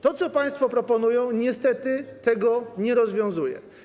To, co państwo proponują, niestety tego nie rozwiązuje.